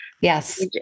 Yes